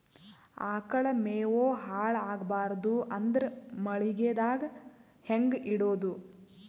ಆಕಳ ಮೆವೊ ಹಾಳ ಆಗಬಾರದು ಅಂದ್ರ ಮಳಿಗೆದಾಗ ಹೆಂಗ ಇಡೊದೊ?